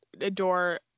adore